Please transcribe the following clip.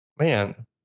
man